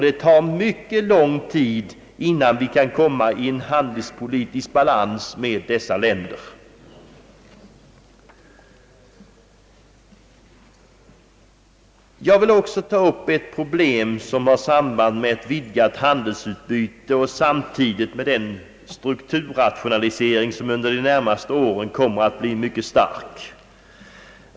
Det tar mycket lång tid, innan vi kan komma i handelspolitisk balans med dessa länder. Jag vill också ta upp ett problem som har samband med ett vidgat handelsutbyte och som samtidigt med strukturrationaliseringen under de närmaste åren kommer att bli mycket stark.